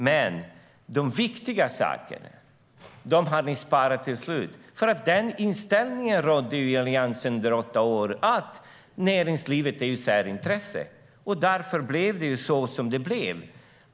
Men de viktiga sakerna sparade ni till slutet, för den inställning som rådde i Alliansen under era åtta år var att näringslivet är ett särintresse. Därför blev det som det blev.